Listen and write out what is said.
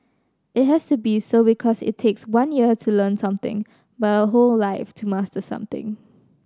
it has to be so because it takes one year to learn something but a whole life to master something